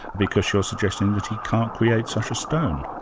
because you're suggesting that he can't create such a stone.